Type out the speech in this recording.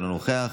אינו נוכח,